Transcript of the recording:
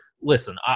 listen